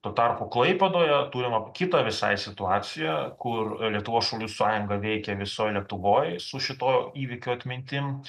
tuo tarpu klaipėdoje turime kitą visai situaciją kur lietuvos šaulių sąjunga veikė visoj lietuvoj su šituo įvykių atmintim